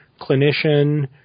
clinician